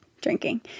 drinking